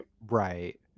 Right